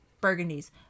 burgundies